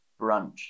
Brunch